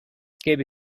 gäbe